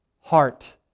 heart